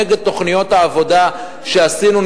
נגד תוכניות העבודה שעשינו,